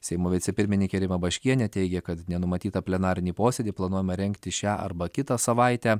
seimo vicepirmininkė rima baškienė teigia kad nenumatytą plenarinį posėdį planuojama rengti šią arba kitą savaitę